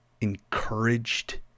encouraged